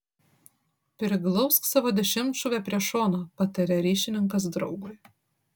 priglausk savo dešimtšūvę prie šono pataria ryšininkas draugui